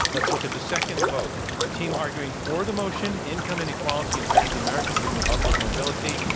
let's look at the second vote. the team arguing for the motion, income inequality impairs the american dream of upward mobility,